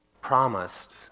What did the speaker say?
promised